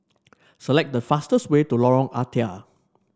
select the fastest way to Lorong Ah Thia